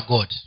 God